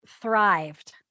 thrived